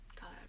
God